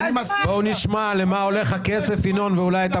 למליציות של